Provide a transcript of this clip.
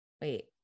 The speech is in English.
wait